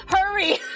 Hurry